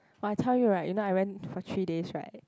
!wah! I tell you right you know I went for three days right